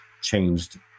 changed